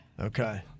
Okay